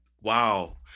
wow